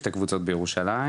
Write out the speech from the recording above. שתי קבוצות בירושלים,